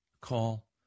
call